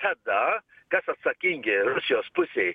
tada kas atsakingi rusijos pusėj